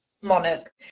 monarch